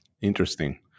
Interesting